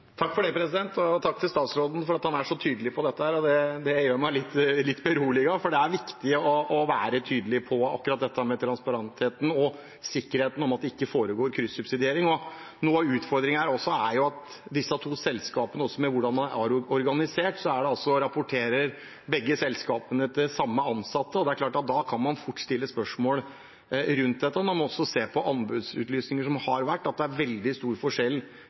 Takk til statsråden for at han er så tydelig på dette, det gjør meg litt beroliget, for det er viktig å være tydelig på akkurat det transparente og sikkerheten om at det ikke foregår kryssubsidiering. Noe av utfordringen her er hvordan disse to selskapene er organisert – begge rapporterer til samme ansatte. Da kan man fort stille spørsmål rundt dette. Man må også se på anbudsutlysninger som har vært, det er veldig stor forskjell